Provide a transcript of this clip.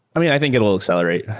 i mean, i think it will accelerate.